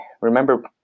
remember